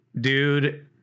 dude